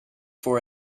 for